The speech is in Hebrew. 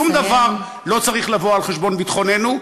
שום דבר לא צריך לבוא על חשבון ביטחוננו,